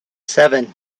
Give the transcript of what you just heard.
seven